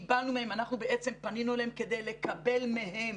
אנחנו בעצם פנינו אליהם כדי לקבל מהם